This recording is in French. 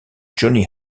johnny